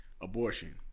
abortion